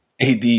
AD